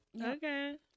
Okay